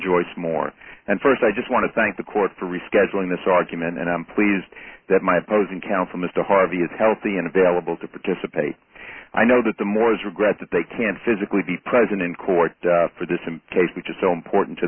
joyce moore and first i just want to thank the court for rescheduling this argument and i'm pleased that my opposing counsel mr harvey is healthy and available to participate i know that the more is regret that they can't physically be present in court for this a case which is so important to